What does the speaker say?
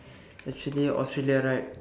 actually Australia right